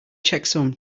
checksum